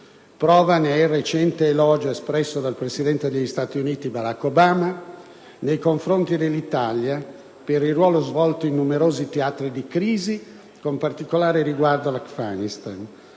Prova ne è il recente elogio espresso dal presidente degli Stati Uniti, Barack Obama, nei confronti dell'Italia per il ruolo svolto in numerosi teatri di crisi, con particolare riguardo all'Afghanistan,